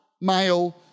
male